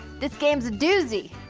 this game's a doozy.